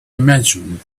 imagine